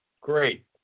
Great